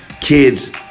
kids